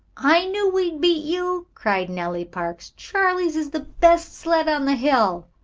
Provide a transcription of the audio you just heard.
i knew we'd beat you, cried nellie parks. charley's is the best sled on the hill.